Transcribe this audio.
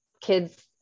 Kids